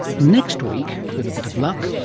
next week, with a bit of luck,